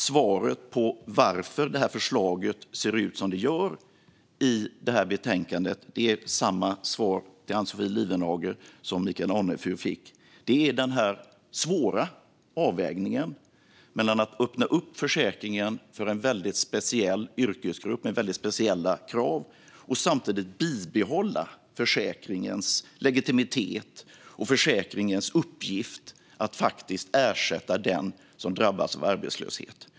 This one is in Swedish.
Svaret till Ann-Sofie Lifvenhage på varför förslaget i detta betänkande ser ut som det gör är detsamma som Michael Anefur fick: Det är den svåra avvägningen mellan att öppna upp försäkringen för en väldigt speciell yrkesgrupp med väldigt speciella krav och att samtidigt bibehålla försäkringens legitimitet och försäkringens uppgift att ersätta den som drabbas av arbetslöshet.